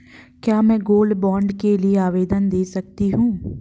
क्या मैं gold bond के लिए आवेदन दे सकती हूँ?